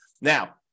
now